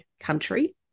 country